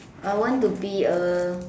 I want to be a